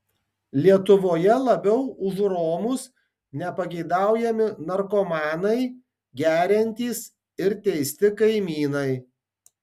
lietuvoje labiau už romus nepageidaujami narkomanai geriantys ir teisti kaimynai